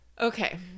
Okay